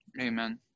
Amen